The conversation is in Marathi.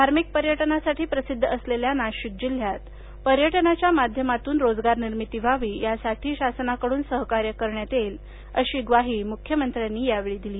धार्मिक पर्यटनासाठी प्रसिद्ध असलेल्या नाशिक जिल्ह्यात पर्यटनाच्या माध्यमातून रोजगार निर्मिती व्हावी यासाठी शासनाकडून सहकार्य करण्यात येईल अशी ग्वाही मुख्यमंत्र्यांनी यावेळी दिली